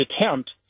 attempt